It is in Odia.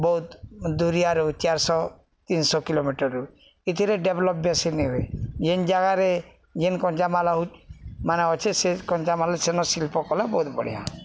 ବହୁତ ଦୁରିଆରୁ ଚାରିଶହ ତିନିଶହ କିଲୋମିଟରରୁ ଏଥିରେ ଡେଭଲପ ବେଶୀ ନି ହୁଏ ଯେନ୍ ଜାଗାରେ ଯେନ୍ କଞ୍ଚାମାଲା ମାନେ ଅଛେ ସେ କଞ୍ଚାମାଲା ସେନ ଶିଳ୍ପ କଲା ବହୁତ ବଢ଼ିଆଁ